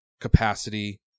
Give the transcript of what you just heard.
capacity